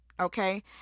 okay